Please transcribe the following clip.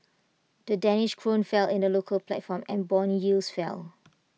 the danish Krone fell in the local platform and Bond yields fell